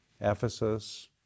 Ephesus